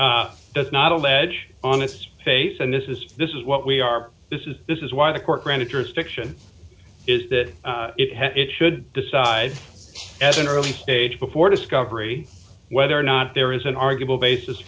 does not allege on this space and this is this is what we are this is this is why the court granted jurisdiction is that it should decide as an early stage before discovery whether or not there is an arguable basis